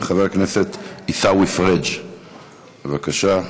חבר הכנסת עיסאווי פריג', בבקשה.